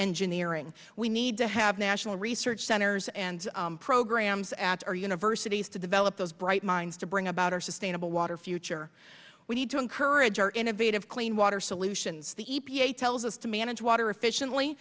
engineering we need to have national research centers and programs at our universities to develop those bright minds to bring about our sustainable water future we need to encourage our innovative clean water solutions the e p a tells us to manage water efficiently